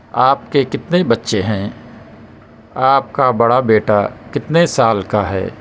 آپ کے کتنے بچے ہیں آپ کا بڑا بیٹا کتنے سال کا ہے